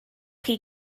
chi